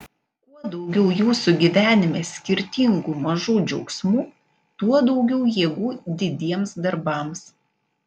kuo daugiau jūsų gyvenime skirtingų mažų džiaugsmų tuo daugiau jėgų didiems darbams